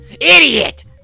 Idiot